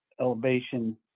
elevation